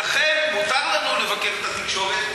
אז לכן מותר לנו לבקר את התקשורת,